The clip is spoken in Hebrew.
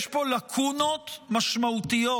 יש פה לקונות משמעותיות